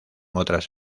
otras